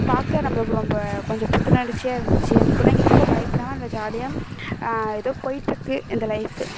பார்க்க நம்மளுக்கு ரொம்ப கொஞ்சம் புத்துணர்ச்சியாக இருந்துச்சு அந்த பிள்ளைங்க இப்போ பயப்படாமல் நல்லா ஜாலியாக எதோ போயிட்டிருக்கு இந்த லைஃபு